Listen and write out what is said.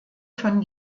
von